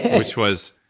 which was.